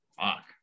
fuck